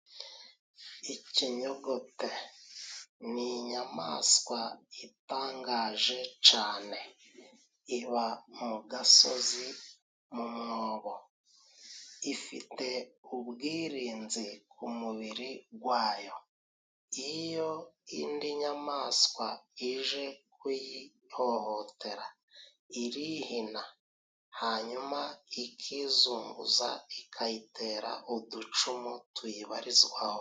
Ikinyogote ni inyamaswa itangaje cane. Iba mu gasozi mu mwobo, ifite ubwirinzi ku mubiri wayo. Iyo indi nyamaswa ije kuyihohotera irihina, hanyuma ikizunguza ikayitera uducumu tuyibarizwaho.